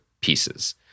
pieces